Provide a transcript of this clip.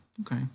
okay